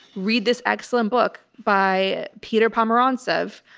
read this excellent book by peter palmerontzov,